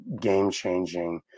game-changing